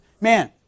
man